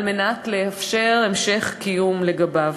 כדי לאפשר המשך קיום לגביו.